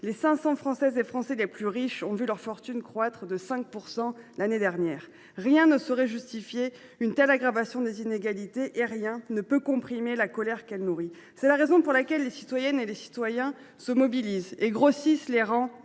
les 500 Françaises et Français les plus riches ont vu leur fortune croître de 5 % l’année dernière. Rien ne saurait justifier une telle aggravation des inégalités et rien ne peut étouffer la colère qu’elle nourrit. C’est la raison pour laquelle les citoyennes et les citoyens se mobilisent et grossissent les rangs